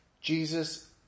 Jesus